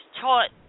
taught